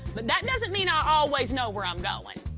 but that doesn't mean i always know where i'm going.